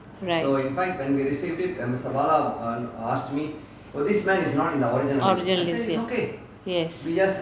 right original list ya yes